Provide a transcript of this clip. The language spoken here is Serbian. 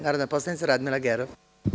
Narodna poslanica Radmila Gerov.